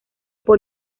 por